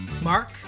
Mark